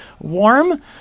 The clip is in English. warm